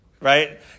Right